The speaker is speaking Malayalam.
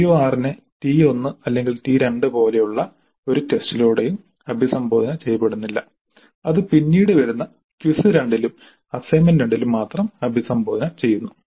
CO6 നെ ടി 1 അല്ലെങ്കിൽ ടി 2 പോലെയുള്ള ഒരു ടെസ്റ്റിലൂടെയും അഭിസംബോധന ചെയ്യപ്പെടുന്നില്ല അത് പിന്നീട് വരുന്ന ക്വിസ് 2 ലും അസൈൻമെന്റ് 2 ലും മാത്രം അഭിസംബോധന ചെയ്യുന്നു